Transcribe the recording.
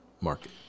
market